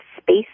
space